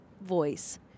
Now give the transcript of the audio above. voice